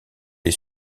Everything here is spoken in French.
est